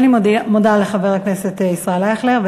אני מודה לחבר הכנסת ישראל אייכלר.